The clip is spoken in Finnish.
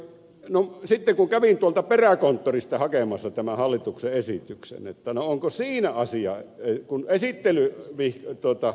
no sitten kävin tuolta peräkonttorista hakemassa tämän hallituksen esityksen jotta näkisin onko siinä se asia kun siihen vihdoin totta